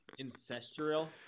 ancestral